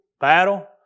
battle